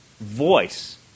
voice